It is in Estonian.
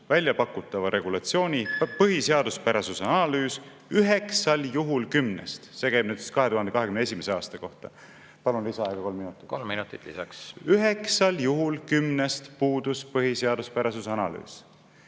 väljapakutava regulatsiooni põhiseaduspärasuse analüüs üheksal juhul kümnest." See käib nüüd 2021. aasta kohta. Palun lisaaega kolm minutit. Kolm minutit lisaks. Üheksal juhul kümnest puudus põhiseaduspärasuse analüüs.